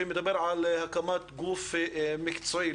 שמדבר על הקמת גוף מקצועי.